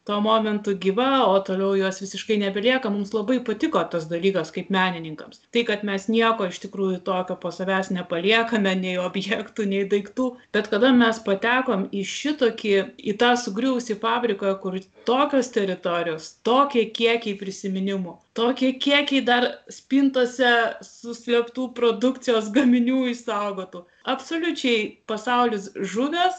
tuo momentu gyva o toliau jos visiškai nebelieka mums labai patiko tas dalykas kaip menininkams tai kad mes nieko iš tikrųjų tokio po savęs nepaliekame nei objektų nei daiktų bet kada mes patekom į šitokį į tą sugriuvusį fabriką kur tokios teritorijos tokie kiekiai prisiminimų tokie kiekiai dar spintose suslėptų produkcijos gaminių išsaugotų absoliučiai pasaulis žuvęs